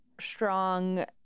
strong